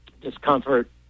discomfort